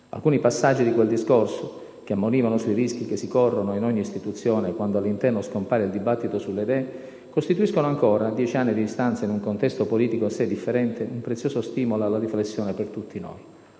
Alcuni passaggi di quel discorso, che ammonivano sui rischi che si corrono in ogni istituzione quando all'interno scompare il dibattito sulle idee, costituiscono ancora, a dieci anni di distanza e in un contesto politico assai differente, un prezioso stimolo alla riflessione per tutti noi.